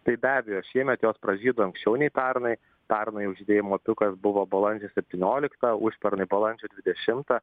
tai be abejo šiemet jos pražydo anksčiau nei pernai pernai jų žydėjimo pikas buvo balandžio septynioliktą užpernai balandžio dvidešimtą